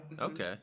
Okay